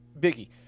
biggie